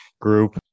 group